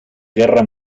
guerra